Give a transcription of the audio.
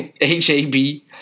H-A-B